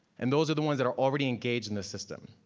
and those are the ones that are already engaged in the system.